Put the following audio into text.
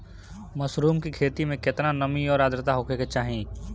Mushroom की खेती में केतना नमी और आद्रता होखे के चाही?